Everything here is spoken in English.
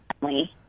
family